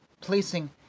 placing